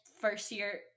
first-year